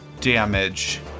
damage